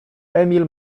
emil